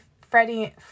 Freddie